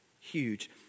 Huge